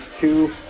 two